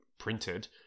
Printed